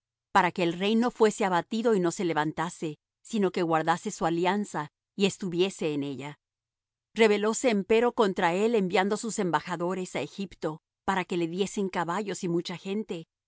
para que el reino fuese abatido y no se levantase sino que guardase su alianza y estuviese en ella rebelóse empero contra él enviando sus embajadores á egipto para que le diese caballos y mucha gente